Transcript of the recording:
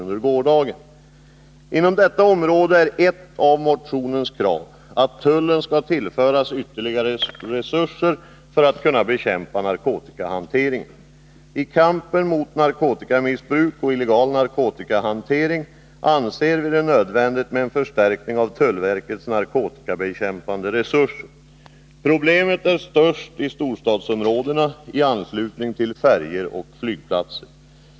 När det gäller detta område är ett av motionens krav att tullen skall tillföras ytterligare resurser för att kunna bekämpa narkotikahanteringen. I kampen mot narkotikamissbruk och illegal narkotikahantering anser vi det nödvändigt med en förstärkning av tullverkets narkotikabekämpande resurser. Problemen är störst i storstadsområdena i anslutning till färjor och flygplatser.